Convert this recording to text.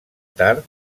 tard